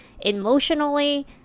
emotionally